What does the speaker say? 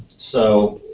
so,